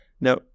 Now